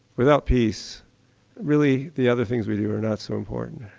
without peace really the other things we do are not so important.